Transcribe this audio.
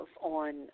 on